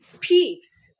Peace